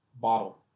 bottle